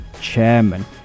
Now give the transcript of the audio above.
chairman